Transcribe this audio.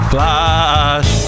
Flash